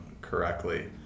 correctly